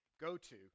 go-to